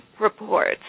reports